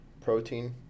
protein